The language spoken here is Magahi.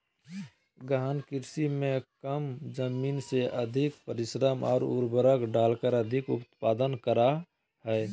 गहन कृषि में कम जमीन में अधिक परिश्रम और उर्वरक डालकर अधिक उत्पादन करा हइ